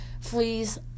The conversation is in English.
fleas